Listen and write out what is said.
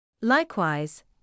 Likewise